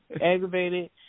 aggravated